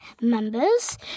members